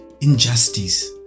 injustice